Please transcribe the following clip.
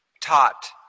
taught